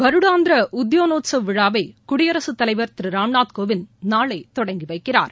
வருடாந்திர உத்பாநோத்சவ் விழாவை குடியரசுத் தலைவர் திரு ராம்நாத் கோவிந்த் நாளை தொடங்கி வைக்கிறார்